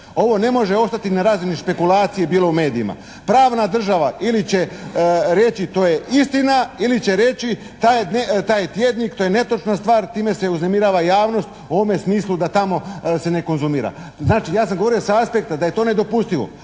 /Govornik se ne razumije./ … bilo u medijima. Pravna država ili će reći to je istina ili će reći taj tjednik, to je netočna stvar, time se uznemirava javnost u ovome smislu da tamo se ne konzumira. Znači ja sam govorio sa aspekta da je to nedopustivo.